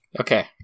Okay